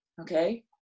okay